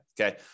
okay